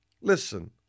Listen